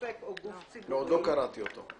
אדוני, אומר: --- לא, עוד לא קראתי אותו.